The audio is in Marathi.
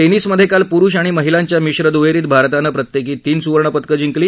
टनिसमधक्रील पुरुष आणि महिलांच्या मिश्र दुहहीत भारतानं प्रत्यक्री तीन सुवर्ण पदकं जिंकली